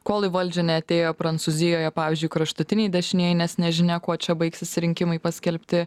kol į valdžią neatėjo prancūzijoje pavyzdžiui kraštutiniai dešinieji nes nežinia kuo čia baigsis rinkimai paskelbti